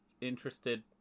interested